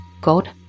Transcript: God